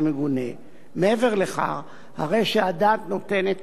הרי שהדעת נותנת כי בחלק ניכר מהמקרים